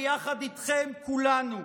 ויחד איתכם כולנו,